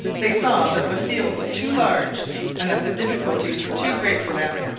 they saw that the field was too large and that the difficulties were too great for them.